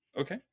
okay